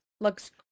looks